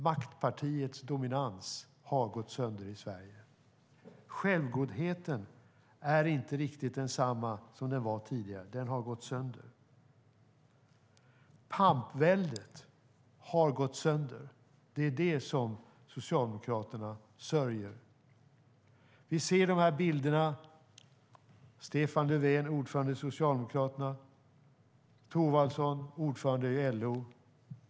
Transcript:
Maktpartiets dominans har gått sönder i Sverige. Självgodheten är inte riktigt densamma som tidigare - den har gått sönder. Pampväldet har gått sönder. Det är det Socialdemokraterna sörjer. Vi ser bilderna på Stefan Löfven, ordförande i Socialdemokraterna, och Thorwaldsson, ordförande i LO.